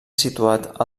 situat